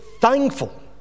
thankful